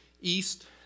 east